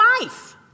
life